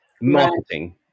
marketing